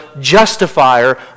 justifier